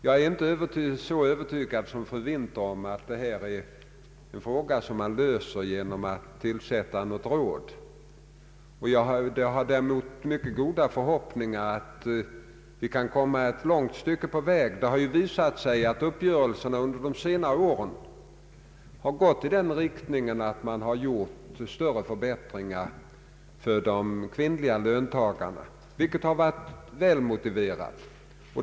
Jag är inte lika övertygad som fru Winther om att detta är en fråga som man löser genom att tillsätta ett råd. Jag har däremot mycket goda förhoppningar om att vi kan komma ett långt stycke på väg med den metod som nu tillämpas. Det har ju visat sig att uppgörelserna under de senare åren gått i den riktningen att man genomfört större förbättringar för de kvinnliga löntagarna, vilket varit välmotiverat.